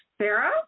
Sarah